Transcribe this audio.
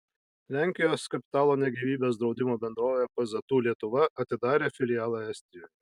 lenkijos kapitalo ne gyvybės draudimo bendrovė pzu lietuva atidarė filialą estijoje